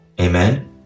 amen